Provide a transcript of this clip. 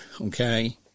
Okay